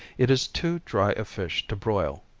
it is too dry a fish to broil.